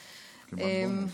ראשית,